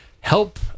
help